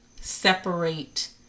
separate